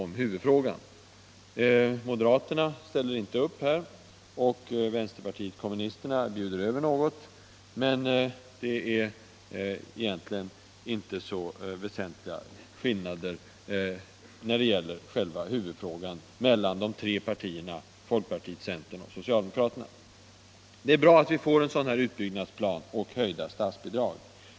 Moderaterna ställer inte upp här, och vänsterpartiet kommunisterna bjuder över något, men mellan folkpartiet, centern och socialdemokraterna finns det egentligen inga väsentliga skillnader i den frågan. Det är bra att vi får en utbyggnadsplan och höjda statsbidrag.